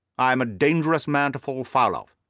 i am a dangerous man to fall foul of!